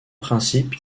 principe